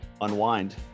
unwind